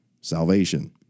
salvation